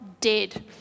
dead